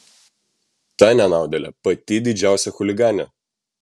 ta nenaudėlė pati didžiausia chuliganė